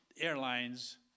airlines